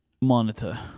monitor